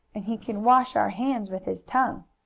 and he can wash our hands with his tongue.